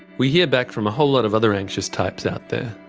we hear back from a whole lot of other anxious types out there,